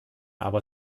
aber